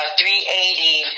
380